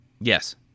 Yes